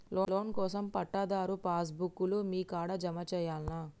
Loan కోసం పట్టాదారు passbook లు మీ కాడా జమ చేయల్నా?